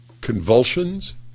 convulsions